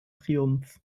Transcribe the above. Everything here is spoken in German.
triumph